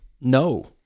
No